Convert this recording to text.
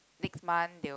next month they will